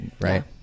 Right